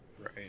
right